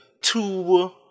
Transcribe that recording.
two